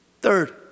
Third